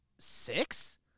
Six